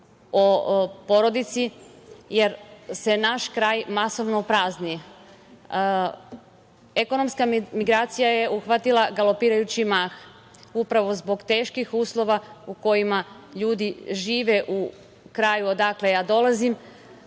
o porodici, jer se naš kraj masovno prazni. Ekonomska migracija je uhvatila galopirajući mah. Upravo zbog teških uslova u kojima ljudi žive u kraju odakle ja dolazim